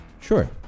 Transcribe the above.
Sure